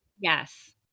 Yes